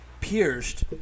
pierced